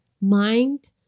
mind